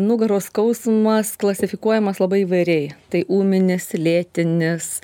nugaros skausmas klasifikuojamas labai įvairiai tai ūminis lėtinis